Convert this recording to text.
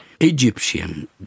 Egyptian